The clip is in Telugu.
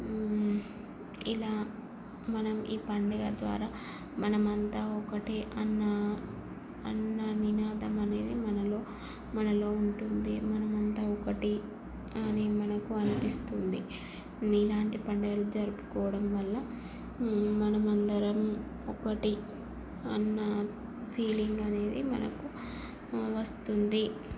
ఇలా మనం ఈ పండుగ ద్వారా మనమంతా ఒకటే అన్నా అన్న నినాదం అనేది మనలో మనలో ఉంటుంది మనమంతా ఒకటి అని మనకు అనిపిస్తుంది ఇలాంటి పండుగలు జరుపుకోవడం వల్ల మనమందరం ఒకటి అన్న ఫీలింగ్ అనేది మనకు వస్తుంది